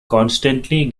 constantly